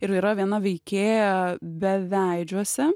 ir yra viena veikėja beveidžiuose